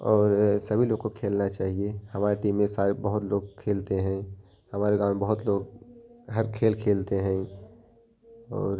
और सभी लोग को खेलना चाहिए हमारे टीम में सारे बहुत लोग खेलते हैं हमारे गाँव में बहुत लोग हर खेल खेलते हैं और